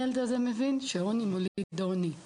ילדים שנמצאים במעגל העוני הם דור שני,